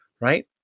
right